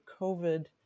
covid